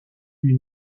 lui